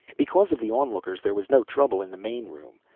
because of the onlookers there was no trouble in the main room,